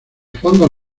fondos